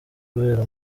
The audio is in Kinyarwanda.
kubera